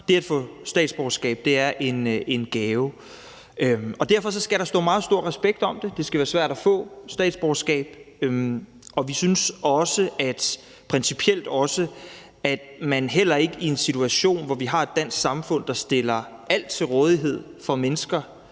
Det at få statsborgerskab er en gave. Derfor skal der stå meget stor respekt om det. Det skal være svært at få statsborgerskab, og vi synes principielt heller ikke, at man er i en situation, hvor vi har et dansk samfund, der stiller alt til rådighed for mennesker,